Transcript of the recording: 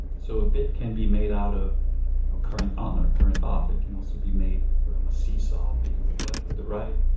so a bit can be made out of you know current on or current off. it can also be made from a seesaw being on the left or the right.